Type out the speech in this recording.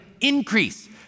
increase